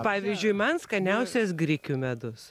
pavyzdžiui man skaniausias grikių medus